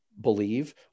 believe